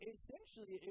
Essentially